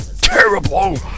TERRIBLE